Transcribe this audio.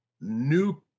new